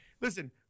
Listen